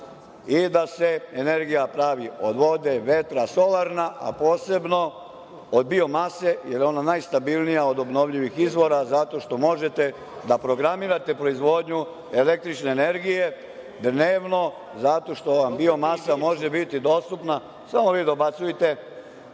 i da se energija pravi od vode, vetra, solarna, a posebno od biomase, jer ona je najstabilnija od obnovljivih izvora zato što možete da programirate proizvodnju električne energije dnevno, jer biomasa može biti dostupna…Samo vi dobacujte.